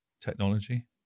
technology